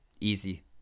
easy